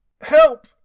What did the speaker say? help